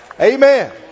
Amen